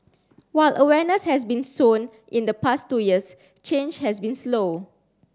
while awareness has been sown in the past two years change has been slow